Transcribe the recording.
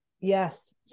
Yes